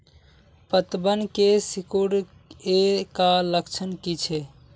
पतबन के सिकुड़ ऐ का लक्षण कीछै?